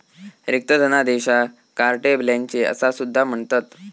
रिक्त धनादेशाक carte blanche असा सुद्धा म्हणतत